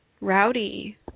rowdy